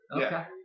Okay